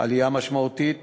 עלייה משמעותית